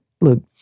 look